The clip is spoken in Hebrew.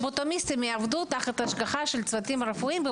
אז שפבלוטומיסטים יעבדו תחת השגחה של צוותים רפואיים,